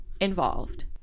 involved